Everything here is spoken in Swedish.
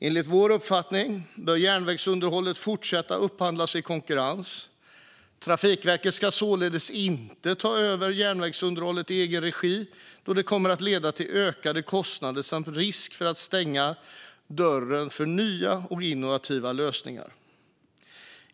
Enligt vår uppfattning bör järnvägsunderhållet fortsätta att upphandlas i konkurrens. Trafikverket ska således inte ta över järnvägsunderhållet i egen regi, eftersom det kommer att leda till ökade kostnader samt risk för att stänga dörren för nya, innovativa lösningar.